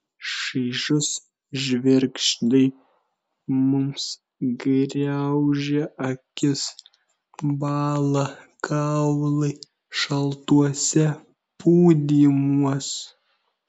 šaižūs žvirgždai mums graužia akis bąla kaulai šaltuose pūdymuos